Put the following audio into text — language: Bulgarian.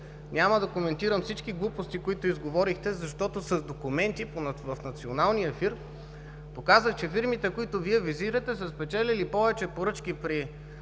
Няма да коментирам всички глупости, които изговорихте, защото с документи в националния ефир показах, че фирмите, които Вие визирате, са спечелили повече поръчки при